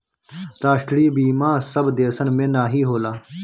राष्ट्रीय बीमा सब देसन मे नाही होला